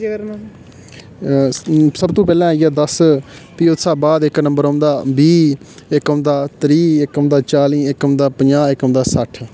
सब तूं थमां पैह्ला आई गेआ दस फ्ही उसदे बाद इक नंबर ओंदा बीह् इक ओंदा त्रीह् इक ओंदा चाली इक ओंदा पंजाह् इक ओंदा सठ्ठ